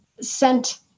sent